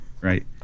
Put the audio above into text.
Right